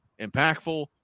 impactful